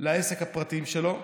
לעסק הפרטי שלו.